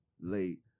late